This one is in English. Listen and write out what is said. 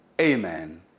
Amen